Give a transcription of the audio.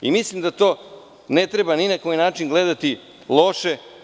Mislim da to ne treba ni na koji način gledati loše.